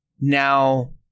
Now